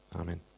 Amen